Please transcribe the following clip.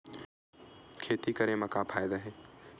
खेती करे म का फ़ायदा हे?